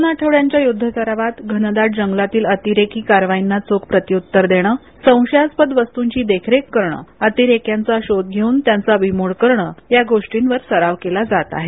दोन आठवड्याच्या युद्ध सरावात घनदाट जंगलातील अतिरेकी करवाईना चोख प्रतिउत्तर देणं संशयास्पद वस्तूंची देखरेख करणं अतिरेक्यांचा शोध घेऊन त्यांचा बिमोड करण या गोष्टींवर सराव केल जात आहे